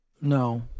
no